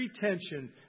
pretension